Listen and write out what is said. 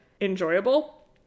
enjoyable